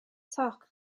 toc